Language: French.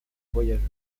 voyageurs